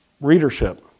readership